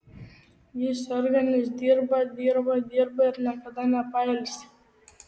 ji serga nes dirba dirba dirba ir niekada nepailsi